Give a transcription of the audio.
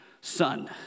son